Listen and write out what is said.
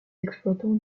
exploitants